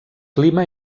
clima